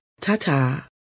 Ta-ta